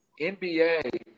NBA